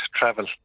travel